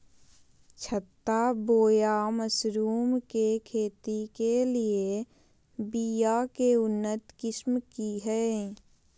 छत्ता बोया मशरूम के खेती के लिए बिया के उन्नत किस्म की हैं?